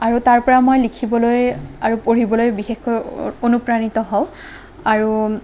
আৰু তাৰ পৰা মই লিখিবলৈ আৰু পঢ়িবলৈ বিশেষকৈ অনুপ্ৰাণিত হওঁ আৰু